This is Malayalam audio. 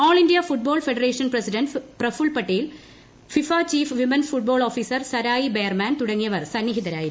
ആൾ India football federation president Praful Patel FIFA chief women's football officer Sarai Bareman തുടങ്ങിയവർ സന്നിഹിതരായിരുന്നു